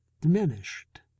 diminished